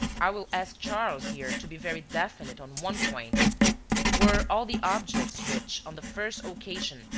i will ask charles here to be very definite on one point were all the objects which, on the first occasion,